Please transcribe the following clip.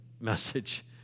message